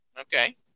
Okay